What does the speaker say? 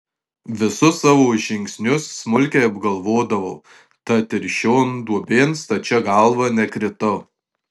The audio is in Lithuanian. visus savo žingsnius smulkiai apgalvodavau tad ir šion duobėn stačia galva nekritau